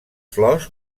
flors